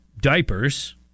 diapers